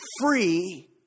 free